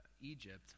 Egypt